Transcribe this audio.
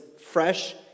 fresh